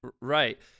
right